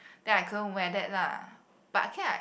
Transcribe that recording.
then I couldn't wear that lah but okay lah